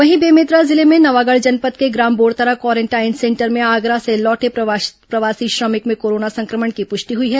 वहीं बेमेतरा जिले में नवागढ़ जनपद के ग्राम बोड़तरा क्वारेंटाइन सेंटर में आगरा से लौटे प्रवासी श्रमिक में कोरोना संक्रमण की पुष्टि हुई है